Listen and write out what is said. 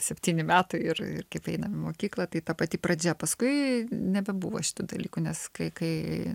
septyni metai ir kaip einam į mokyklą tai ta pati pradžia paskui nebebuvo šitų dalykų nes kai kai